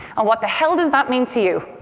and what the hell does that mean to you?